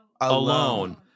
alone